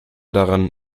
daran